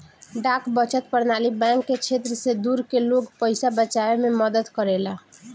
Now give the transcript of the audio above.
डाक बचत प्रणाली बैंक के क्षेत्र से दूर के लोग के पइसा बचावे में मदद करेला